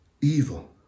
evil